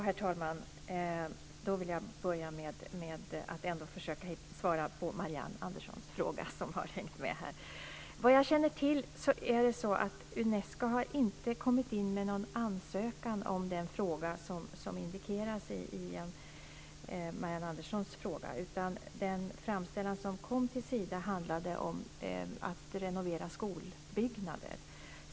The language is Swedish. Herr talman! Jag vill börja med att försöka svara på Marianne Anderssons fråga, som har hängt med en stund. Jag känner inte till att Unesco har kommit in med någon ansökan om det som indikeras i Marianne Anderssons fråga. Den framställan som kom till Sida handlade om att renovera skolbyggnader.